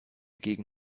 gegen